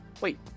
Wait